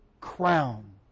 crown